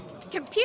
Computer